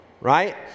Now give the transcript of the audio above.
Right